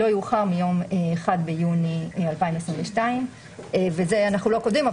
לא יאוחר מיום 1 ביוני 2022". וזה אנחנו לא כותבים,